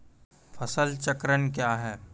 फसल चक्रण कया हैं?